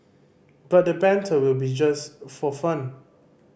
but the banter will be just for fun